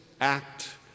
act